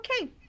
okay